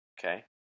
Okay